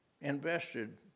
invested